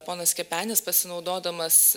ponas kepenis pasinaudodamas